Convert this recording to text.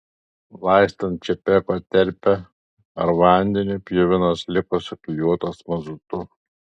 laistant čapeko terpe ar vandeniu pjuvenos liko suklijuotos mazutu